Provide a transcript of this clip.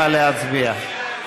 נא להצביע.